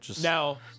Now